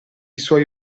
suoi